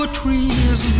trees